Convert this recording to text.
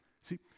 See